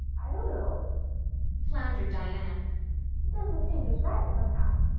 i don't know floundered diana. it doesn't seem just right, somehow.